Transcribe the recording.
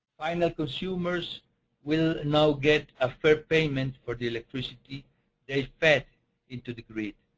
final consumers will now get a fair payment for the electricity they fed into the grid,